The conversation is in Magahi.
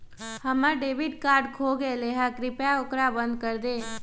हम्मर डेबिट कार्ड खो गयले है, कृपया ओकरा बंद कर दे